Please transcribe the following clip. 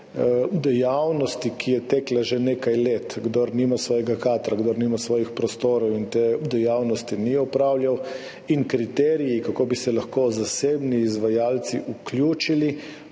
dejavnosti, ki je tekla že nekaj let, kdor nima svojega kadra, kdor nima svojih prostorov in te dejavnosti ni opravljal in kriteriji, kako bi se lahko zasebni izvajalci vključili,